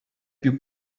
più